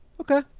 okay